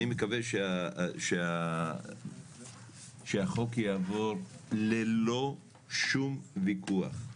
אני מקווה שהחוק יעבור ללא שום ויכוח.